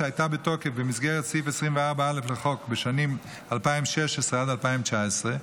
שהייתה בתוקף במסגרת סעיף 24א לחוק בשנים 2016 עד 2019,